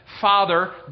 Father